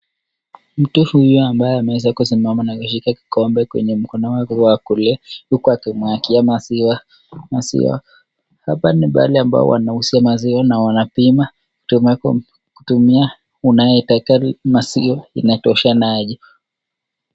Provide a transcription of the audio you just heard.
Mtu huyo ambaye ameweza kusimama na akashika kikombe kwenye mkono wake wa kulia, huku akimwagiwa maziwa. Hapa ni mahali ambapo wanauzia maziwa na wanapima kutumia, unayotaka maziwa inatosha aje.